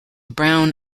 brown